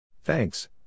Thanks